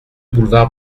boulevard